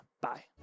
Bye